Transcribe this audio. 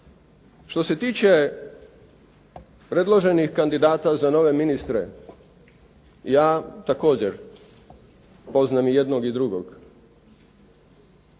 Što se tiče predloženih kandidata za nove ministre, ja također poznam i jednog i drugog,